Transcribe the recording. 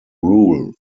rule